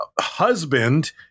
husband